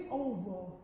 over